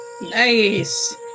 Nice